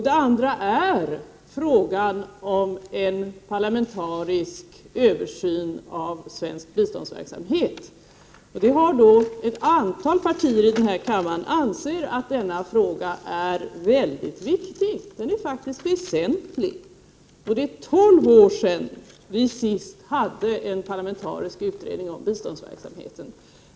Den andra gäller en parlamentarisk översyn av svensk biståndsverksamhet. Ett antal partier i denna kammare anser att denna fråga är mycket viktig. — Den är faktiskt väsentlig. Det är tolv år sedan vi senast hade en parlamentarisk utredning om biståndsverksamheten.